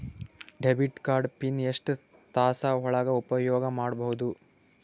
Debit card PIN ಎಷ್ಟ ತಾಸ ಒಳಗ ಉಪಯೋಗ ಮಾಡ್ಬಹುದು?